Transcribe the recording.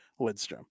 Lidstrom